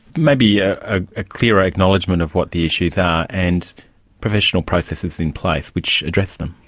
maybe a ah ah clearer acknowledgement of what the issues are and professional processes in place which address them.